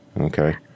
Okay